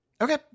Okay